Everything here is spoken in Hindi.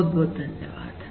बहुत बहुत धन्यवाद